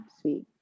sweet